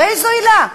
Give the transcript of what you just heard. באיזו עילה?